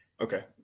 Okay